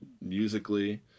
musically